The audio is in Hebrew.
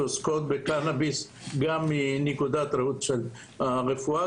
שעוסקות בקנביס גם מנקודת ראות של רפואה,